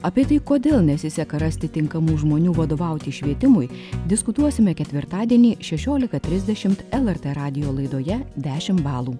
apie tai kodėl nesiseka rasti tinkamų žmonių vadovauti švietimui diskutuosime ketvirtadienį šešiolika trisdešimt lrt radijo laidoje dešimt balų